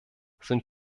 sind